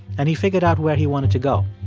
and he figured out where he wanted to go.